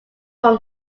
from